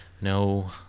No